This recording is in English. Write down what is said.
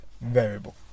variable